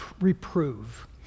reprove